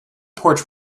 porch